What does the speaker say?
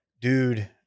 Dude